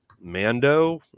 mando